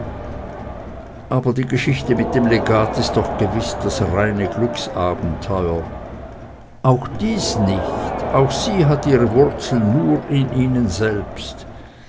aber die geschichte mit dem legat ist doch gewiß das reine glücksabenteuer auch dies nicht auch sie hat ihre wurzel nur in ihnen selbst